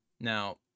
Now